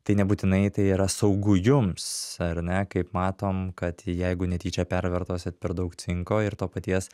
tai nebūtinai tai yra saugu jums ar ne kaip matom kad jeigu netyčia pervartosit kad per daug cinko ir to paties